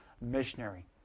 missionary